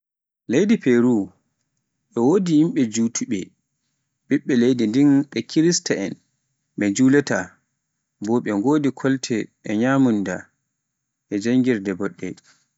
Leydi Peru e wodi yimɓe jutuɓe, ɓiɓɓe leydi ndin ɓe kirsta en, ɓe julaata, bo ɓe wodi kolte e nyamunda e janngirde boɗɗe.